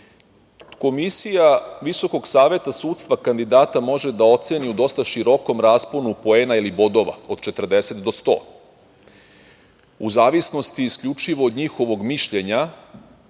Komisija Visokog saveta sudstva kandidata može da oceni u dosta širokom rasponu poena ili bodova, od 40 do 100, u zavisnosti isključivo od njihovog mišljenja